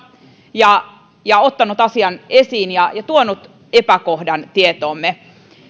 ja ja ottanut asian esiin ja ja tuonut epäkohdan tietoomme